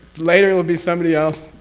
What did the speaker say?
later, it'll be somebody else.